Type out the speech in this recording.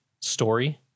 story